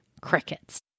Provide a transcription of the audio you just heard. crickets